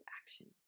action